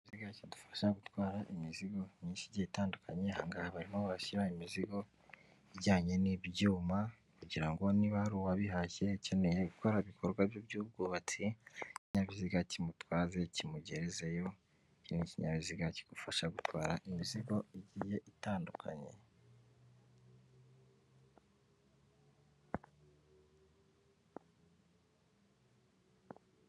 Ikinyabiziga kidufasha gutwara imizigo myinshi igiye itandukanye, aha ngaha barimo bashyira imizigo ijyanye n'ibyuma kugira ngo niba hari uwabihashye akeneye gukora ibikorwa bye by'ubwubatsi, ikinyabiziga kimutwaze kimugerezeyo, iki ni ikinyabiziga kigufasha gutwara imizigo igiye itandukanye.